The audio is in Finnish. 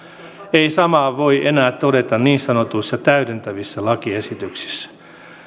ei samaa voi enää todeta niin sanotuissa täydentävissä lakiesityksissä